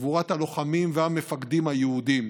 גבורת הלוחמים והמפקדים היהודים